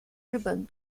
日本